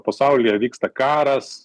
pasaulyje vyksta karas